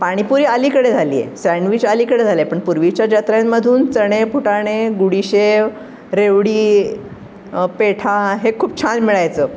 पाणीपुरी अलीकडे झाली आहे सँडविच अलीकडे झाले आहे पण पूर्वीच्या जत्रांमधून चणे फुटाणे गुडीशेव रेवडी पेठा हे खूप छान मिळायचं